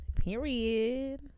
period